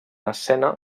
escena